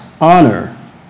honor